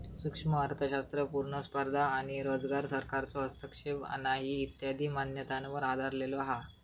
सूक्ष्म अर्थशास्त्र पुर्ण स्पर्धा आणो रोजगार, सरकारचो हस्तक्षेप नाही इत्यादी मान्यतांवर आधरलेलो हा